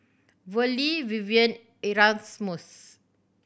Verlie Vivien and Erasmus